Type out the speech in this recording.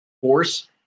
force